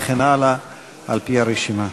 וכן הלאה על-פי הרשימה.